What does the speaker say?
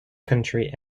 country